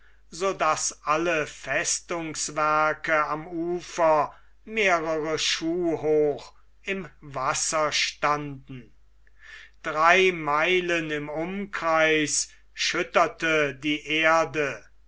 so daß alle festungswerke am ufer mehrere schuh hoch im wasser standen drei meilen im umkreis schütterte die erde